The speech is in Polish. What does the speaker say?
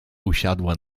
usiadła